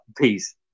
Peace